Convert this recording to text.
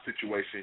situation